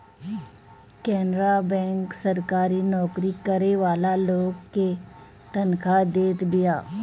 Canara bank सरकारी नोकरी करे वाला लोग के तनखा देत बिया